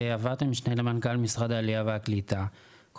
מסיבות כאלו ואחרות ההליך לא הסתיים והן